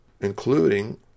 including